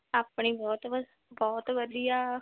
ਆਪਣੇ ਬਹੁਤ ਬਸ ਬਹੁਤ ਵਧੀਆ